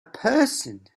person